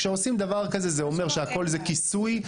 כשעושים דבר כזה זה אומר שהכל זה כיסוי,